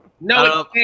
No